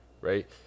right